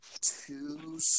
two